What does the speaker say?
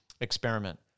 experiment